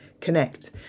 connect